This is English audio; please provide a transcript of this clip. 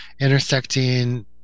intersecting